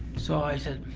so i said,